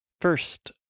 First